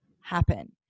happen